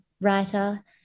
writer